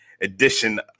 edition